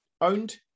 owned